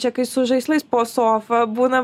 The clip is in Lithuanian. čia kai su žaislais po sofa būna